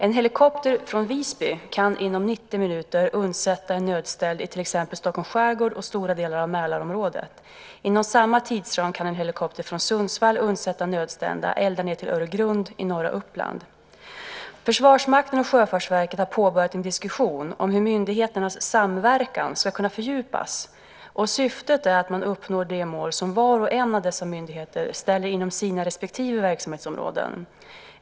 En helikopter från Visby kan inom 90 minuter undsätta en nödställd i till exempel Stockholms skärgård och stora delar av Mälarområdet. Inom samma tidsram kan en helikopter från Sundsvall undsätta nödställda ända ned till Öregrund i norra Uppland. Försvarsmakten och Sjöfartsverket har påbörjat en diskussion om hur myndigheternas samverkan ska kunna fördjupas. Syftet är att man uppnår de mål som var och en av dessa myndigheter ställer inom sina respektive verksamhetsområden.